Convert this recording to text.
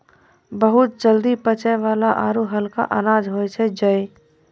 बहुत जल्दी पचै वाला आरो हल्का अनाज होय छै जई